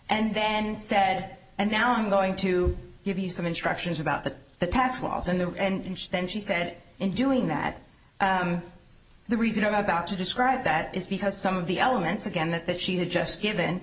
and then said and now i'm going to give you some instructions about the tax laws in there and then she said in doing that the reason i'm about to describe that is because some of the elements again that that she had just given